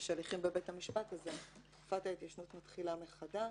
ויש הליכים בבית המשפט אז תקופת ההתיישנות מתחילה מחדש.